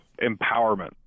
empowerment